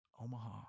Omaha